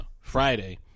Friday